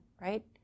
right